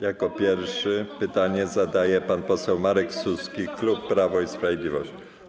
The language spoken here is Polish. Jako pierwszy pytanie zadaje pan poseł Marek Suski, klub Prawo i Sprawiedliwość.